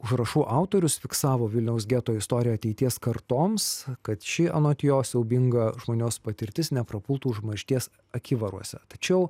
užrašų autorius fiksavo vilniaus geto istoriją ateities kartoms kad ši anot jo siaubinga žmonijos patirtis neprapultų užmaršties akivaruose tačiau